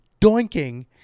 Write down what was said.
doinking